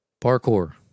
parkour